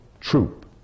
troop